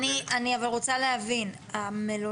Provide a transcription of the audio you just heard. רגע, רגע, שניה, אני רוצה להבין, המלונות